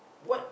what